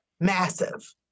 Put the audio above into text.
massive